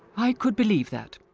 i could believe that.